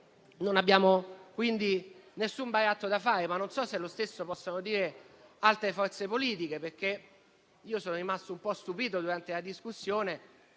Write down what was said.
non abbiamo alcun baratto da fare; non so se lo stesso possano dire altre forze politiche. Sono rimasto un po' stupito durante la discussione